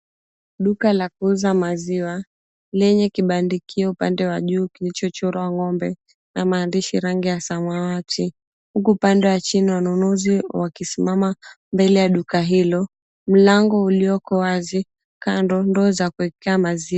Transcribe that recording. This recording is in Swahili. Duka la kuuza maziwa, lenye kibandikio upande wa juu kilicho chorwa ng'ombe na maandishi rangi ya samawati, huku upande wa chini wanunuzi wakisimama mbele ya duka hilo. Mlango ulioko wazi, kando ndoo za kuekea maziwa.